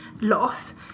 loss